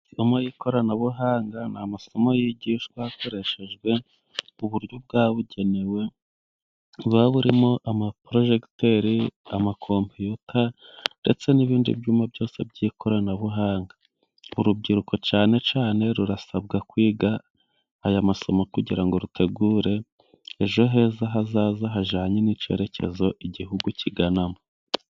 Amasomo y'ikoranabuhanga ni amasomo yigishwa hakoreshejwe uburyo bwabugenewe, buba burimo ama porojegiteri, amakompiyuta ndetse n'ibindi byuma byose by'ikoranabuhanga. Urubyiruko cyane cyane, rurasabwa kwiga aya masomo kugira ngo rutegure ejo heza hazaza hajanye n'icyerekezo Igihugu kiganamo.